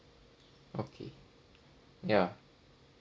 okay ya